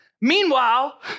Meanwhile